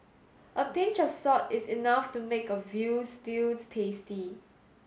a pinch of salt is enough to make a veal stews tasty